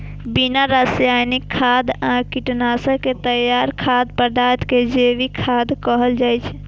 बिना रासायनिक खाद आ कीटनाशक के तैयार खाद्य पदार्थ कें जैविक खाद्य कहल जाइ छै